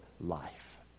life